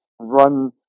run